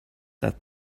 that